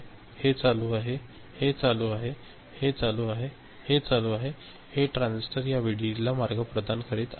तर हे चालू आहे हे चालू आहे हे चालू आहे हे चालू आहे हे ट्रान्झिस्टर या व्हीडीडीला मार्ग प्रदान करीत आहेत